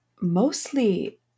mostly